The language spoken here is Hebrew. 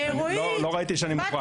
אני לא ראיתי שאני מוחרג ממנו.